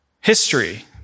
history